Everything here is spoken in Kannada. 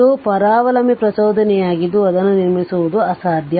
ಇದು ಪರಾವಲಂಬಿ ಪ್ರಚೋದನೆಯಾಗಿದ್ದು ಅದನ್ನು ನಿರ್ಮಿಸುವುದು ಅಸಾಧ್ಯ